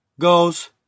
goes